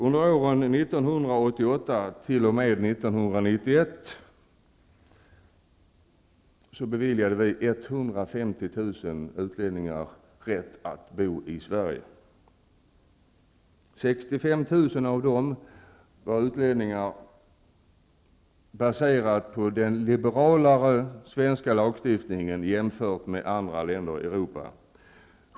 Under åren 1988 t.o.m. 1991 beviljade vi 150 000 utlänningar rätt att bo i För 65 000 av dem var besluten baserade på en svensk lagstiftning som är liberalare än lagstiftningen i andra länder i Europa.